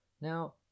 Now